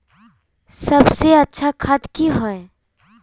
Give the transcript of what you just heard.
सबसे अच्छा खाद की होय?